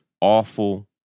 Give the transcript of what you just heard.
awful